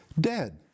dead